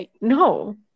no